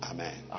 Amen